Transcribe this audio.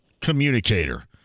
communicator